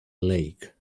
lake